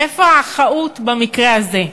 איפה האחאות במקרה הזה?